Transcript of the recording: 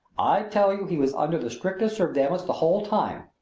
i tell you he was under the strictest surveillance the whole time,